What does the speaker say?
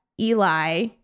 Eli